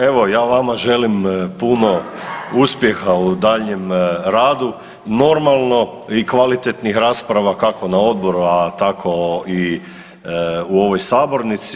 Evo ja vama želim puno uspjeha u daljnjem radu, normalno i kvalitetnih rasprava kako na odboru, a tako i u ovoj sabornici.